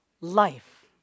life